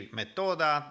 metoda